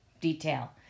detail